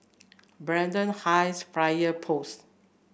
Braddell Heights Fire Post